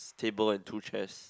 table and two chairs